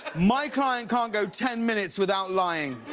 my client can't go ten minutes without lying.